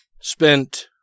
spent